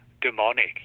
demonic